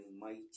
mighty